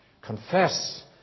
confess